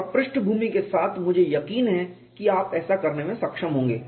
और पृष्ठभूमि के साथ मुझे यकीन है कि आप ऐसा करने में सक्षम होंगे